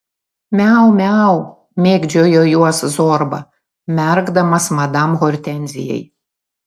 miau miau mėgdžiojo juos zorba merkdamas madam hortenzijai